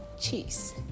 Cheers